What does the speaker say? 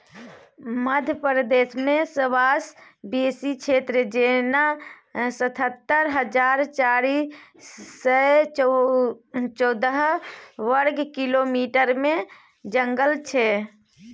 मध्य प्रदेशमे सबसँ बेसी क्षेत्र जेना सतहत्तर हजार चारि सय चौदह बर्ग किलोमीटरमे जंगल छै